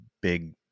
big